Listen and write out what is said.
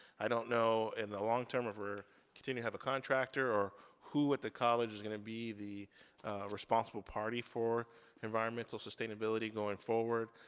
i don't know in the long term if we're continuing to have a contractor, or who at the college is gonna be the responsible party for environmental sustainability going forward.